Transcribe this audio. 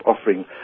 offering